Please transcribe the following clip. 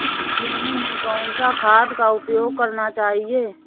गेहूँ में कौन सा खाद का उपयोग करना चाहिए?